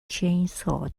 chainsaw